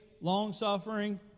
long-suffering